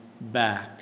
back